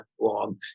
long